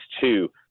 two